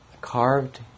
carved